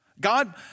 God